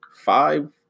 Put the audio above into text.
five